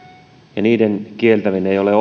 ja niiden kieltäminen ei ole